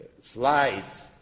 slides